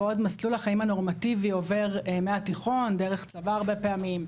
בעוד מסלול החיים הנורמטיבי עובר מהתיכון דרך הצבא הרבה פעמים,